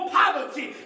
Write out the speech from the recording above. poverty